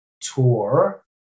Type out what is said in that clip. tour